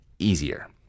easier